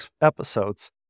episodes